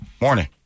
Morning